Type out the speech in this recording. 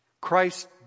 Christ